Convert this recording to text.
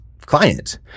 client